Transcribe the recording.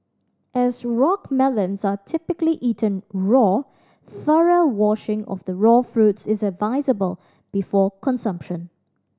as rock melons are typically eaten raw thorough washing of the raw fruits is advisable before consumption